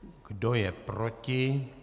Kdo je proti?